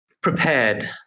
prepared